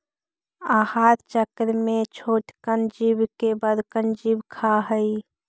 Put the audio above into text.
आहार चक्र में छोटकन जीव के बड़कन जीव खा हई